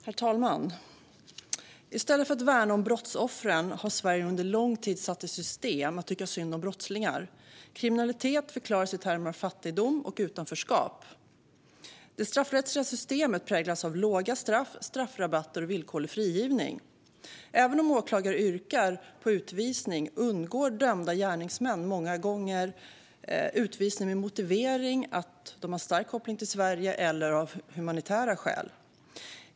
Herr talman! I stället för att värna om brottsoffren har Sverige under lång tid satt i system att tycka synd om brottslingar. Kriminalitet förklaras i termer av fattigdom och utanförskap. Det straffrättsliga systemet präglas av låga straff, straffrabatter och villkorlig frigivning. Även om åklagare yrkar på utvisning undgår dömda gärningsmän många gånger utvisning med motiveringen att de har stark koppling till Sverige eller av humanitära skäl.